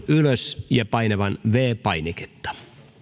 ylös ja painamaan viides painiketta